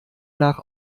nach